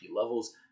levels